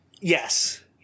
Yes